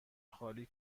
خالی